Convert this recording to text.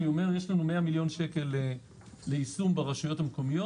אני אומר: יש לנו 100 מיליון שקל ליישום ברשויות המקומיות.